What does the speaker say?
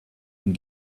and